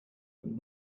but